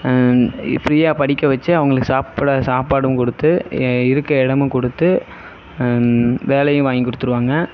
ஃப்ரீயாக படிக்க வச்சு அவர்களுக்கு சாப்பிட சாப்பாடும் கொடுத்து இருக்க இடமும் கொடுத்து வேலையும் வாங்கி கொடுத்துருவாங்க